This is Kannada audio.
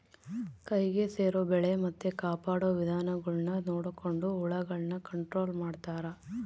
ಕೈಗೆ ಸೇರೊ ಬೆಳೆ ಮತ್ತೆ ಕಾಪಾಡೊ ವಿಧಾನಗುಳ್ನ ನೊಡಕೊಂಡು ಹುಳಗುಳ್ನ ಕಂಟ್ರೊಲು ಮಾಡ್ತಾರಾ